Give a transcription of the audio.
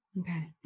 Okay